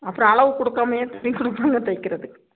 அப்புறம் அளவு கொடுக்காமையா துணி கொடுப்பாங்க தைக்கிறதுக்கு